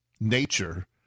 nature